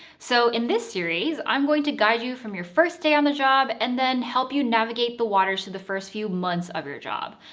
so in this series, i'm going to guide you from your first day on the job and then help you navigate the waters through the first few months of your job.